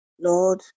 Lord